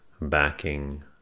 backing